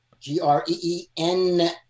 G-R-E-E-N